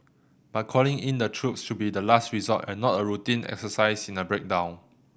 but calling in the troops should be the last resort and not a routine exercise in a breakdown